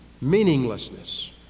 Meaninglessness